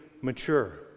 mature